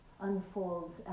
unfolds